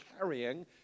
carrying